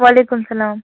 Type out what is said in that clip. وعلیکُم سَلام